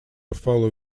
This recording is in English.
follow